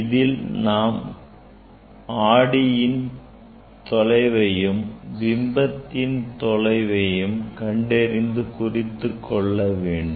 இதில் நாம் ஆடியின் தொலைவையும் பிம்பத்தின் தொலைவையும் கண்டறிந்து குறித்துக் கொள்ள வேண்டும்